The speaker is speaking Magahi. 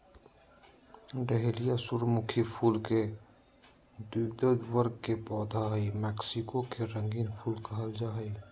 डहेलिया सूर्यमुखी फुल के द्विदल वर्ग के पौधा हई मैक्सिको के रंगीन फूल कहल जा हई